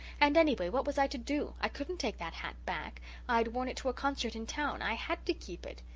and anyway, what was i to do? i couldn't take that hat back i had worn it to a concert in town i had to keep it!